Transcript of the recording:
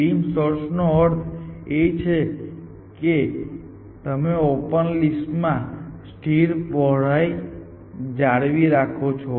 beam search નો અર્થ એ છે કે તમે ઓપન લિસ્ટ માં સ્થિર પહોળાઈ જાળવી રાખો છો